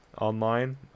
online